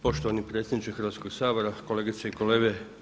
Poštovani predsjedniče Hrvatskog sabora, kolegice i kolege.